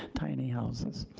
tiny houses,